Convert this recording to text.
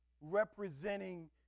representing